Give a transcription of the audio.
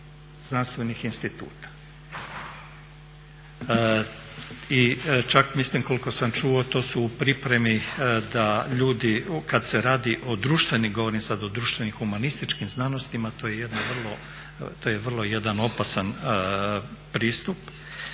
znanstvenih instituta. I čak mislim koliko sam čuo to su u pripremi da ljudi kad se radi o društvenim, govorim sad o društvenim i humanističkim znanostima, to je vrlo jedan opasan pristup